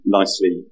nicely